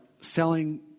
selling